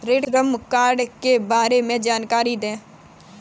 श्रम कार्ड के बारे में जानकारी दें?